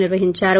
నిర్వహిందారు